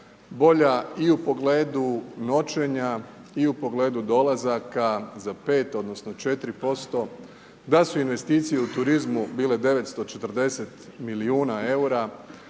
bolja i u pogledu noćenja i u pogledu dolazaka za 5 odnosno 4%, da su investicije u turizmu bile 940 milijuna eura,